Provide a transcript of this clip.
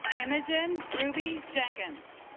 imogen ruby jenkins